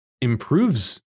improves